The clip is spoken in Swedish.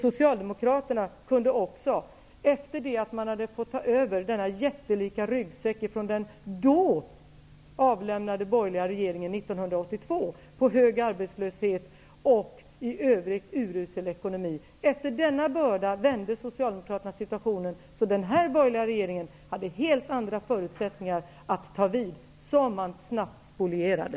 Socialdemokraterna kunde även, efter att ha tagit över denna jättelika ryggsäck, som innehöll hög arbetslöshet och i övrigt urusel ekonomi, från den dåvarande borgerliga regeringen 1982, vända situationen. Den nuvarande borgerliga regeringen hade helt andra förutsättningar när den tog vid, vilka man snabbt spolierade.